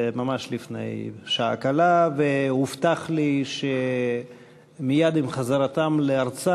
ממש לפני שעה קלה, והובטח לי שמייד עם חזרתם לארצם